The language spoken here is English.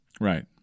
right